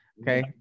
Okay